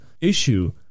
issue